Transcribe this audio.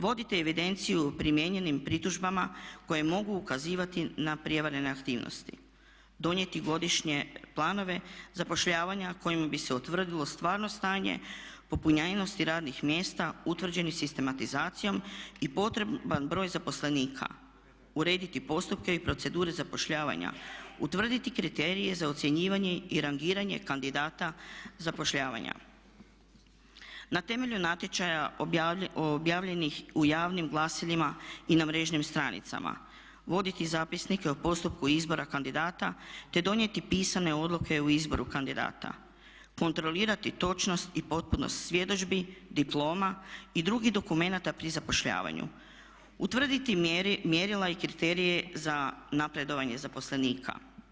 Vodite evidenciju o primijenjenim pritužbama koje mogu ukazivati na prijevare i neaktivnosti, donijeti godišnje planove zapošljavanja kojima bi se utvrdilo stvarno stanje popunjenosti radnih mjesta utvrđenih sistematizacijom i potreban broj zaposlenika, uredite postupke i procedure zapošljavanja, utvrditi kriterije za ocjenjivanje i rangiranje kandidata zapošljavanja na temelju natječaja objavljenih u javnih glasilima i na mrežnim stranicama, voditi zapisnike o postupku izbora kandidata te donijeti pisane odluke o izboru kandidata, kontrolirati točnost i potpunost svjedodžbi, diploma i drugih dokumenata pri zapošljavanju, utvrditi mjerila i kriterije za napredovanje zaposlenika.